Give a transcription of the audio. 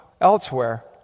elsewhere